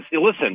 listen